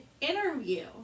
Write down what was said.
interview